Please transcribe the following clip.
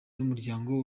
numuryango